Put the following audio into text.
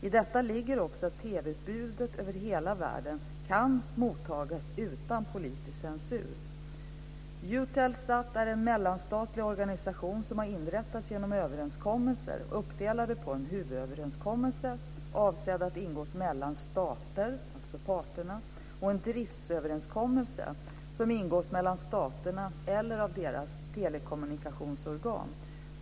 I detta ligger också att TV utbudet över hela världen kan mottas utan politisk censur. Eutelsat är en mellanstatlig organisation som har inrättats genom överenskommelser uppdelade på en huvudöverenskommelse, avsedd att ingås mellan stater, alltså parterna, och en driftsöverenskommelse som ingås mellan staterna eller av deras telekommunikationsorgan.